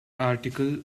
article